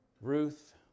Ruth